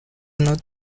not